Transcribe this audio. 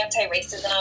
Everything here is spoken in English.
anti-racism